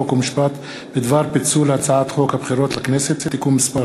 חוק ומשפט בדבר פיצול הצעת חוק הבחירות לכנסת (תיקון מס'